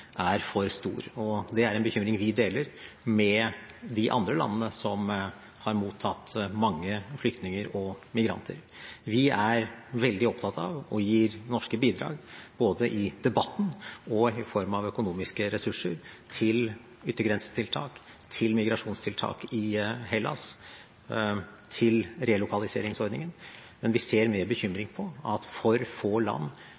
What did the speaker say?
er for stor. Det er en bekymring vi deler med de andre landene som har mottatt mange flyktninger og migranter. Vi er veldig opptatt av og gir norske bidrag, både i debatten og i form av økonomiske ressurser til yttergrensetiltak, til migrasjonstiltak i Hellas og til relokaliseringsordningen, men vi ser med bekymring på at for få land